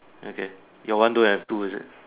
okay your one don't have two is it